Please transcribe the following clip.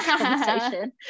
conversation